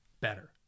better